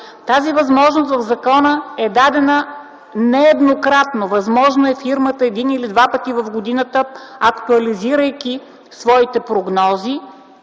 Тази възможност в закона е дадена нееднократно. Възможно е фирмата един или два пъти в годината, актуализирайки своите прогнози,